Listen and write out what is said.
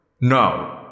Now